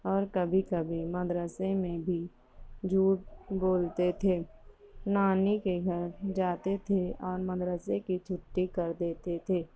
اور کبھی کبھی مدرسہ میں بھی جھوٹ بولتے تھے نانی کے گھر جاتے تھے اور مدرسے کی چھٹی کر دیتے تھے